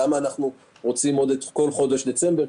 למה אנחנו רוצים עוד את כל חודש דצמבר.